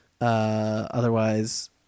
Otherwise